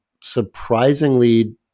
surprisingly